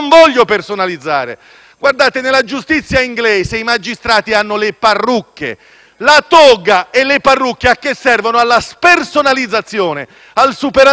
Nella giustizia inglese i magistrati hanno le parrucche. La toga e le parrucche servono alla spersonalizzazione, al superamento dell'emotività.